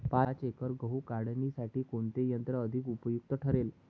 पाच एकर गहू काढणीसाठी कोणते यंत्र अधिक उपयुक्त ठरेल?